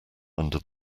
under